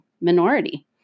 minority